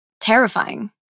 terrifying